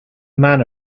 man